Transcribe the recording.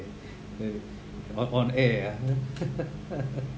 uh up on air ah